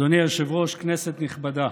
אדוני היושב-ראש, כנסת נכבדה,